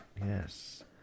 Yes